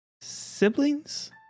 siblings